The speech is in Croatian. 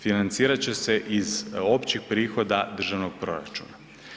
Financirat će se iz općih prihoda državnog proračuna.